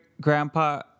grandpa